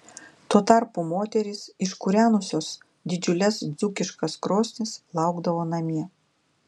tuo tarpu moterys iškūrenusios didžiules dzūkiškas krosnis laukdavo namie